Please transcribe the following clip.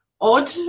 odd